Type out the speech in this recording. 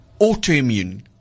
autoimmune